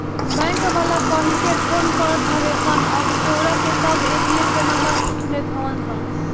bank वाला कहिके phone करत हवे सन अउरी तोहरा से सब ए.टी.एम के नंबर पूछ लेत हवन सन